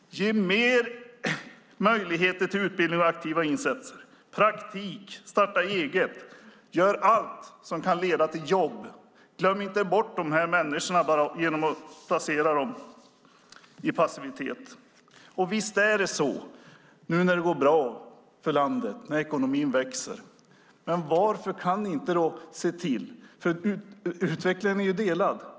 Ge fler möjligheter till utbildning och aktiva insatser, praktik, starta eget. Gör allt som kan leda till jobb! Glöm inte bort de här människorna genom att placera dem i passivitet. Visst är det så att det går bra för landet och ekonomin växer, men utvecklingen är ju delad.